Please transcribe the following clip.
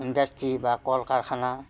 industry বা কল কাৰখানা